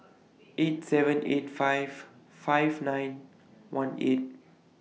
eight seven eight five five nine one eight